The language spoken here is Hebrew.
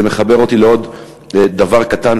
זה מחבר אותי לעוד דבר קטן,